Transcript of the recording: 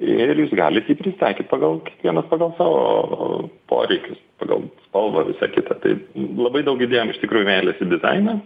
ir jūs galit jį prisitaikyt pagal kiekvienas pagal savo poreikius pagal spalvą visa kita tai labai daug įdėjom iš tikrųjų meilės į dizainą